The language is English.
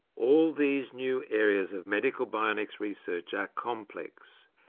all these new areas of medical bionics research are complex,